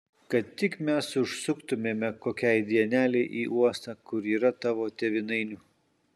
kad tik mes užsuktumėme kokiai dienelei į uostą kur yrą tavo tėvynainių